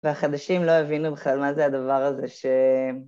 והחדשים לא הבינו בכלל מה זה הדבר הזה ש...